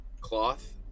cloth